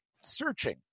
searching